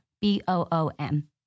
B-O-O-M